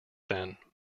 then